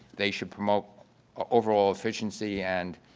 they should promote overall efficiency. and